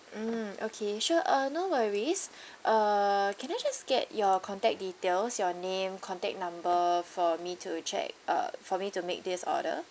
mm okay sure uh no worries uh can I just get your contact details your name contact number for me to check uh for me to make this order